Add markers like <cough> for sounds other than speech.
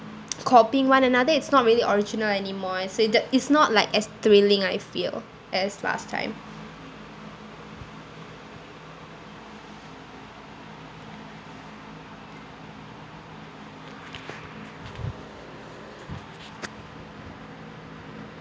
<noise> copying one another it's not really original anymore and so that is not like as thrilling I feel as last time